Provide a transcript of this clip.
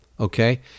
Okay